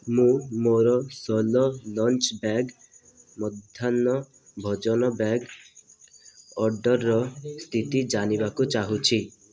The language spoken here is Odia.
ମୁଁ ମୋ ସେଲୋ ଲଞ୍ଚ୍ ବ୍ୟାଗ୍ ମଧ୍ୟାହ୍ନ ଭୋଜନ ବ୍ୟାଗ୍ ଅର୍ଡ଼ର୍ର ସ୍ଥିତି ଜାଣିବାକୁ ଚାହୁଁଛି